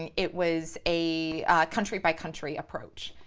and it was a country by country approach.